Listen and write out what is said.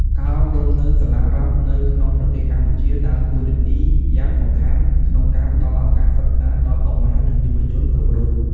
ការអប់រំនៅសាលារដ្ឋនៅក្នុងប្រទេសកម្ពុជាដើរតួនាទីយ៉ាងសំខាន់ក្នុងការផ្តល់ឱកាសសិក្សាដល់កុមារ និងយុវជនគ្រប់រូប។